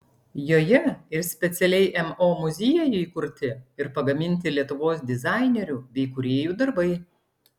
joje ir specialiai mo muziejui kurti ir pagaminti lietuvos dizainerių bei kūrėjų darbai